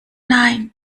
nein